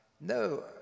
No